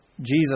Jesus